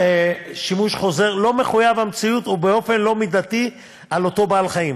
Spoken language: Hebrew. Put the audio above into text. שימוש חוזר לא מחויב המציאות ובאופן אל-מידתי על אותו בעל-חיים,